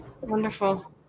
wonderful